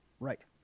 Right